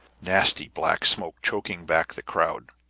nasty black smoke choking back the crowd.